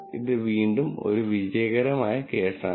ഇത് വീണ്ടും ഒരു വിജയകരമായ കേസ് ആണ്